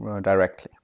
directly